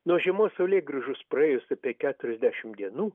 nuo žiemos saulėgrįžos praėjus apie keturiasdešimt dienų